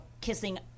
kissing